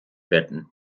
werden